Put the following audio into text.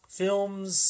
films